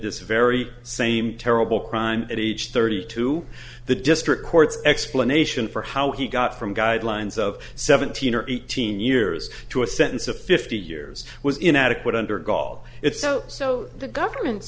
this very same terrible crime at age thirty two the district courts explanation for how he got from guidelines of seventeen or eighteen years to a sentence of fifty years was inadequate under gall it so so the government's